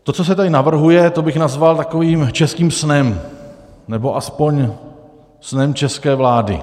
To, co se tady navrhuje, to bych nazval takovým českým snem, nebo aspoň snem české vlády.